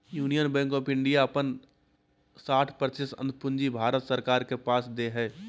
union Bank of India अपन साठ प्रतिशत अंश पूंजी भारत सरकार के पास दे हइ